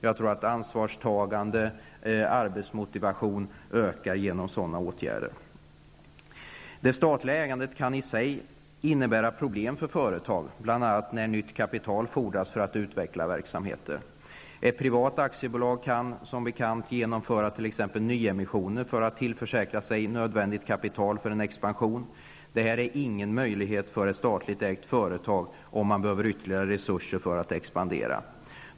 Jag tror att ansvarstagande och arbetsmotivation ökar genom sådana åtgärder. Det statliga ägandet kan i sig innebära problem för företag, bl.a. när nytt kapital fodras för att utveckla verksamheten. Ett privat aktiebolag kan som bekant genomföra t.ex. en nyemission för att tillförsäkra sig nödvändigt kapital för en expansion. Det är inte möjligt för ett statligt ägt företag, om man behöver ytterligare resurser för att expandera.